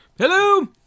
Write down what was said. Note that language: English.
Hello